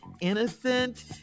innocent